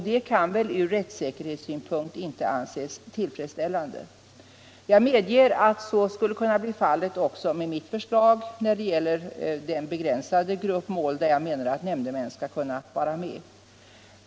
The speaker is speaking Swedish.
Det kan från rättssäkerhetssynpunkt inte anses tillfredsställande. Jag medger att så skulle kunna bli fallet också med mitt förslag när det gäller den begränsade grupp mål där jag menar att nämndemän skulle kunna vara med.